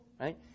right